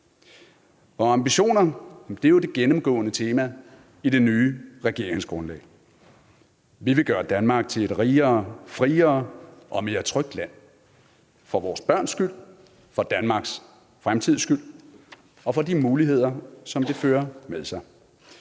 Ambitioner er jo det gennemgående tema i det nye regeringsgrundlag. Vi vil gøre Danmark til et friere, rigere og tryggere land for vores børns skyld, for Danmarks fremtids skyld og for de muligheders skyld, som det fører med sig.